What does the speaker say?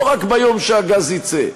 לא רק ביום שהגז יצא,